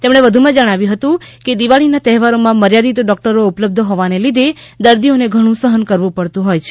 તેમણે જણાવ્યું હતું કે દિવાળીનાં તહેવારોમાં મર્યાદિત ડોક્ટરો ઉપલબ્ધ હોવાને લીધે દર્દીઓએ ઘણું સહન કરવું પડતુ હોય છે